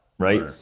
right